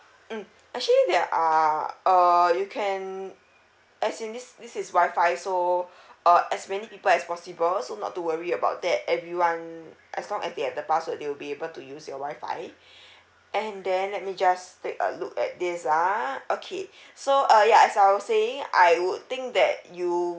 mm actually they are err you can as in this this is wi-fi so uh as many people as possible so not to worry about that everyone as long as they have the password they will be able to use your wi-fi and then let me just take a look at this ah okay so uh ya as I was saying I would think that you